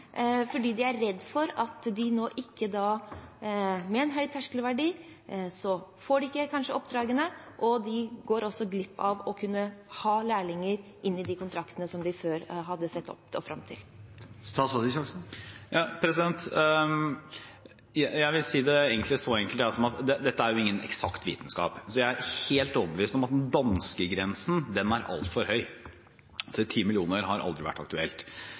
De er redd for at de nå, med en høy terskelverdi, kanskje ikke får de oppdragene, og at de også går glipp av å kunne ha lærlinger i de kontraktene – slik de før hadde sett fram til. Jeg vil egentlig si det så enkelt som at dette er ingen eksakt vitenskap. Jeg er helt overbevist om at den danske grensen er altfor høy – altså, 10 mill. kr har aldri vært aktuelt.